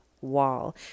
wall